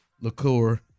liqueur